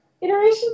iteration